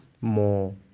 more